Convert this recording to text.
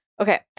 Okay